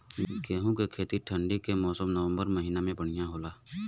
गेहूँ के खेती ठंण्डी के मौसम नवम्बर महीना में बढ़ियां होला?